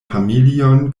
familion